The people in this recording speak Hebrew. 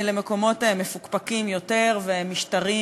מקומות מפוקפקים יותר ומשטרים